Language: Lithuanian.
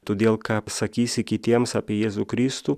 todėl ką pasakysi kitiems apie jėzų kristų